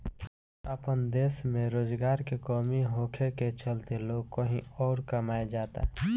आपन देश में रोजगार के कमी होखे के चलते लोग कही अउर कमाए जाता